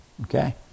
Okay